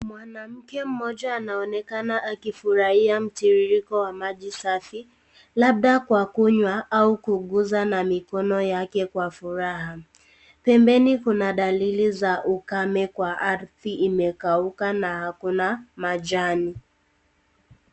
Mwanamke mmoja anaonekana akifurahia mtiririko wa maji safi, labda kwa kunywa ama kuuguza na mkono yake kwa furaha. Pembeni kuna dalili za ukame wa ardhi umekauka na hakuna majani.